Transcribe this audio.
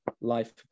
life